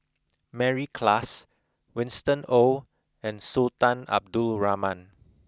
Mary Klass Winston Oh and Sultan Abdul Rahman